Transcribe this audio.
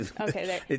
Okay